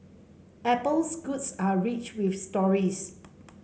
apple's goods are rich with stories